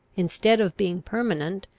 instead of being permanent,